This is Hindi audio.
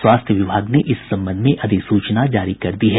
स्वास्थ्य विभाग ने इस संबंध में अधिसूचना जारी कर दी है